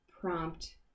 prompt